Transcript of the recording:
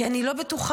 כי אני לא בטוחה.